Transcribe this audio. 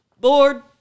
bored